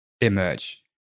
emerge